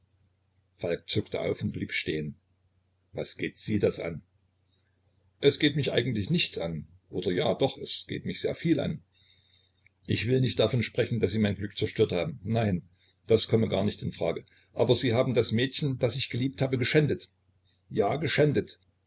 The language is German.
falk zuckte auf und blieb stehen was geht sie das an es geht mich eigentlich nichts an oder ja doch es geht mich sehr viel an ich will nicht davon sprechen daß sie mein glück zerstört haben nein ich komme gar nicht in frage aber sie haben das mädchen das ich geliebt habe geschändet ja geschändet